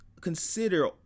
consider